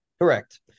Correct